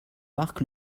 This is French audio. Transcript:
marc